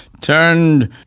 turned